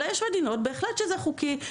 אלא יש מדינות שבהן זה חוקי.